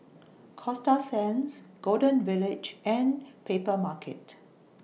Coasta Sands Golden Village and Papermarket